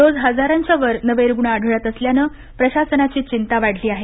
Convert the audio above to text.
रोज हजारांच्या वर नवे रुग्ण आढळत असल्यानं प्रशासनाची चिंता वाढली आहे